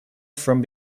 from